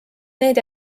need